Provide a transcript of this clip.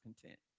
content